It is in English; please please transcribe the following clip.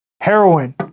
heroin